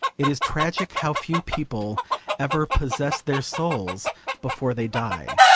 it is tragic how few people ever possess their souls before they die.